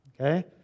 Okay